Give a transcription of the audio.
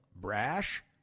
Brash